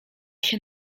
się